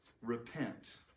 Repent